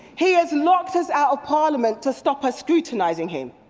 he has locked us out of parliament to stop us scrutinising him.